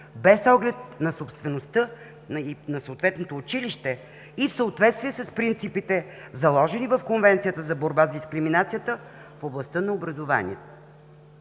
на съответното училище и в съответствие с принципите, заложени в Конвенцията за борба с дискриминацията в областта на образованието.